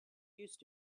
used